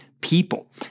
people